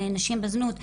נשים בזנות,